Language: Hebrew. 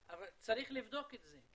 אבל צריך לבדוק את זה.